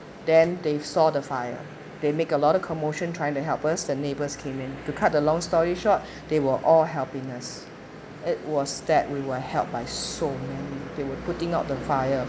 then they saw the fire they make a lot of commotion trying to help us the neighbours came in to cut the long story short they were all helpingness it was that we were helped by so many they were putting out the fire